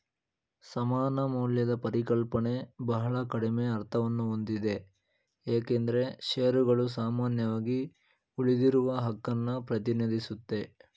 ಸಮಾನ ಮೌಲ್ಯದ ಪರಿಕಲ್ಪನೆ ಬಹಳ ಕಡಿಮೆ ಅರ್ಥವನ್ನಹೊಂದಿದೆ ಏಕೆಂದ್ರೆ ಶೇರುಗಳು ಸಾಮಾನ್ಯವಾಗಿ ಉಳಿದಿರುವಹಕನ್ನ ಪ್ರತಿನಿಧಿಸುತ್ತೆ